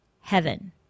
heaven